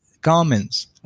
garments